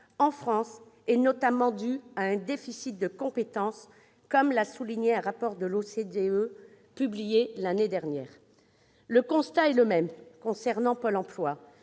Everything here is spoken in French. en France s'explique notamment par un déficit de compétences, comme l'a souligné un rapport de l'OCDE publié l'année dernière. Le constat est identique s'agissant de Pôle emploi.